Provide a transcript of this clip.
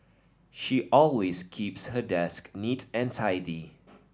she always keeps her desk neat and tidy